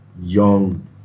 young